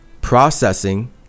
processing